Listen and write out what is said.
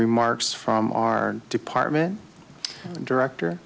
remarks from our department director